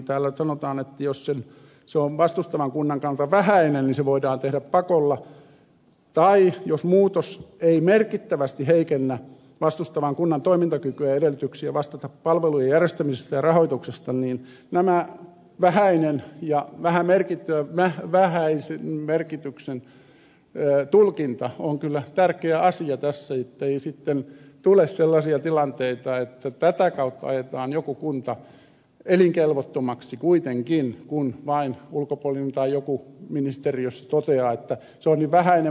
täällä sanotaan että jos se on muutosta vastustavan kunnan kannalta vähäinen se voidaan tehdä pakolla tai jos muutos ei merkittävästi heikennä muutosta vastustavan kunnan toimintakykyä ja edellytyksiä vastata palvelujen järjestämisestä ja rahoituksesta niin tämän vähäisen merkityksen tulkinta on kyllä tärkeä asia tässä ettei sitten tule sellaisia tilanteita että tätä kautta ajetaan joku kunta elinkelvottomaksi kuitenkin kun ulkopuolinen tai joku ministeriössä vain toteaa että se on niin vähäinen muutos